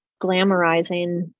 glamorizing